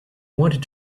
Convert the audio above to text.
wanted